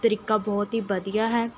ਤਰੀਕਾ ਬਹੁਤ ਹੀ ਵਧੀਆ ਹੈ